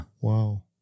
Wow